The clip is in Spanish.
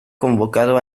convocado